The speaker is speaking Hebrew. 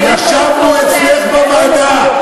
ישבנו אצלך בוועדה,